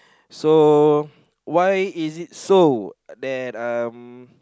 so why is it so that uh